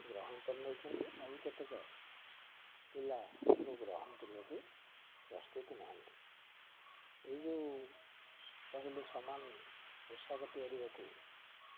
ଗ୍ରହଣ କରି ନେଉଛନ୍ତି ଆଉ କେତେକ ପିଲା ଏହାକୁ ଗ୍ରହଣ କରିବାକୁ ପ୍ରସ୍ତୁତ ନୁହନ୍ତି ଏଇ ଯେଉଁ କହିଲେ ସମାନ ପୋଷାକ ତିଆରିବାକୁ